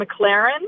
McLaren